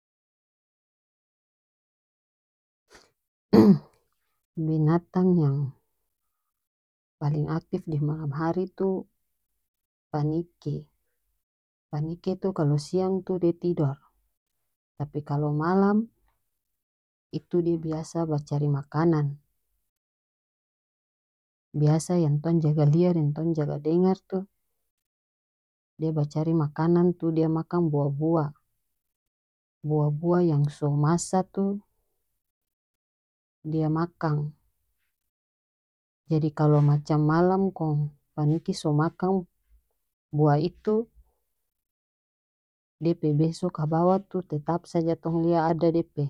binatang yang paleng aktif di malam hari tu paniki paniki tu kalo siang tu dia tidor tapi kalo malam itu dia biasa bacari makanan biasa yang tong jaga lia deng tong jaga dengar tu dia bacari makanan tu dia makang buah buah buah buah yang so masa tu dia makang jadi kalo macam kong paniki so makang buah itu dia pe beso kabawa tu tetap saja tong lia ada dia pe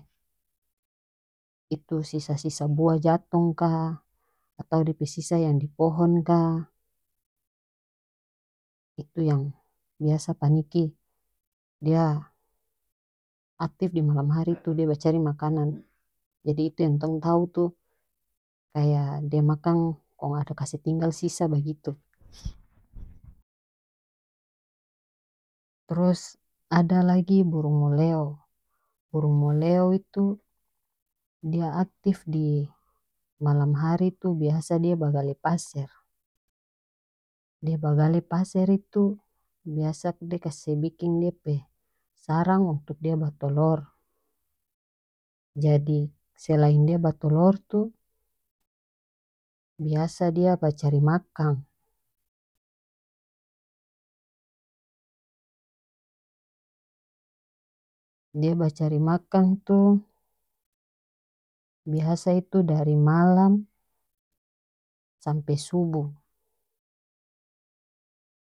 itu sisa sisa buah jatong ka atau dia pe sisa yang di pohon ka itu yang biasa paniki dia aktif dimalam hari tu dia bacari makanan jadi itu yang tong tau tu kaya dia makang kong ada kase tinggal sisa bagitu trus ada lagi burung meleo burung meleo itu dia aktif di malam hari tu biasa dia bagale paser dia bagale paser itu biasa dia kase biking dia pe sarang untuk dia batolor jadi selain dia batolor tu biasa dia bacari makang dia bacari makang tu biasa itu dari malam sampe subuh.